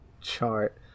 chart